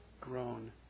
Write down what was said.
grown